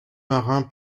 marin